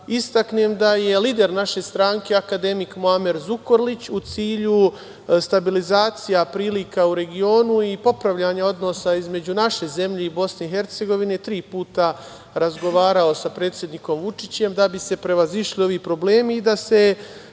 istaknem da je lider naše stranke, akademik Muamer Zukorlić, u cilju stabilizacije prilika u regionu i popravljanja odnosa između naše zemlje i Bosne i Hercegovine tri puta razgovarao sa predsednikom Vučićem, a da bi se prevazišli ovi problemi i da se